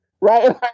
right